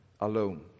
alone